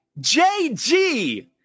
JG